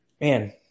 Man